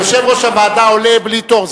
יושב-ראש הוועדה עולה בלי תור.